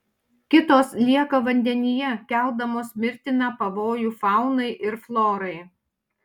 kitos lieka vandenyje keldamos mirtiną pavojų faunai ir florai